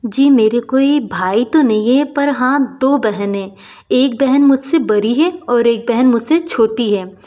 जी मेरे कोई भाई तो नहीं है पर हाँ दो बहन है एक बहन मुझसे बड़ी है और एक बहन मुझसे छोटी है